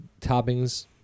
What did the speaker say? toppings